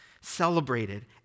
celebrated